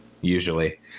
usually